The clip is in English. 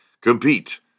compete